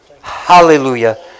Hallelujah